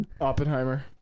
Oppenheimer